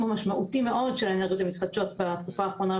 המשמעותי מאוד של האנרגיות המתחדשות בתקופה האחרונה,